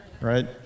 Right